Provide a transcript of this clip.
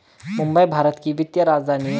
मुंबई भारत की वित्तीय राजधानी है